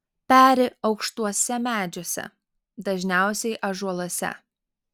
peri aukštuose medžiuose dažniausiai ąžuoluose